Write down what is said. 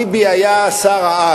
ביבי היה שר-על,